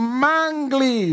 mangly